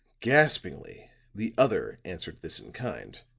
gaspingly the other answered this in kind.